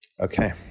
Okay